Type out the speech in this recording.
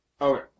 Okay